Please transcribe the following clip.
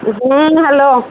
Usman hello